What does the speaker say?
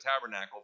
tabernacle